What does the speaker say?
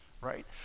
right